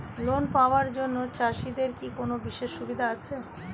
Loan পাওয়ার জন্য চাষিদের কি কোনো বিশেষ সুবিধা আছে?